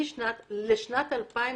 משנת 2020,